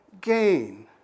gain